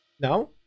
No